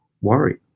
worry